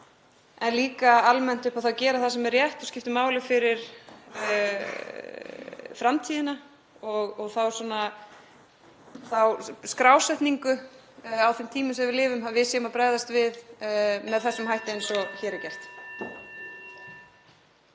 en líka almennt upp á það að gera það sem er rétt og skiptir máli fyrir framtíðina og þá skrásetningu á þeim tímum sem við lifum, að við séum að bregðast við með þeim hætti sem hér er gert.